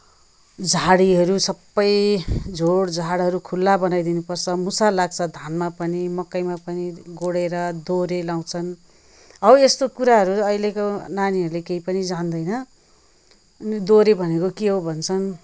झाडीहरू सबै झोडझाडहरू खुल्ला बनाइ दिनुपर्छ मुसा लाग्छ धानमा पनि मकैमा पनि गोडेर दोहोरे लगाउँछन् हौ यस्तो कुराहरू अहिलेको कुराहरू अहिलेको नानीहरूले केही पनि जान्दैन दोहोरे भनेको के हो भन्छन्